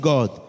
God